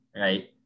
right